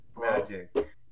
Magic